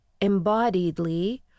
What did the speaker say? embodiedly